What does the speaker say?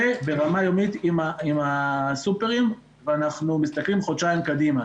וברמה יומית עם הסופרים, ומסתכלים חודשיים קדימה.